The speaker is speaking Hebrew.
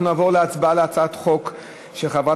אנחנו נעבור להצבעה על הצעת החוק של חברת